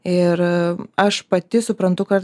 ir aš pati suprantu kad